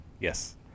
Yes